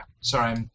Sorry